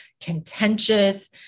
contentious